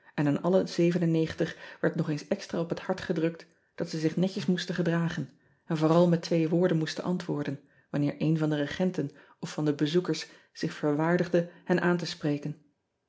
en aan alle werd nog eens extra op het hart gedrukt dat zij zich netjes moesten gedragen en vooral met twee woorden moesten antwoorden wanneer een van de regenten of van de bezoekers zich verwaardigde hen aan te spreken